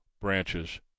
branches